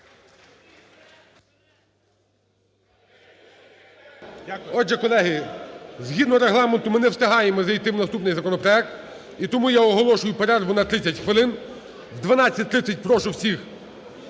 Отже, колеги, згідно Регламенту ми не встигаємо зайти в наступний законопроект. І тому я оголошую перерву на 30 хвилин. О 12:30 прошу всіх